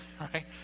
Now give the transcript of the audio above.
Right